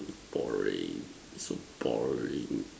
boring so boring